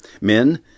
Men